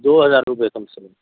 دو ہزار روپے کم سے کم